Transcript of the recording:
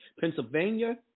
Pennsylvania